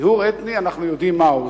טיהור אתני אנחנו יודעים מהו.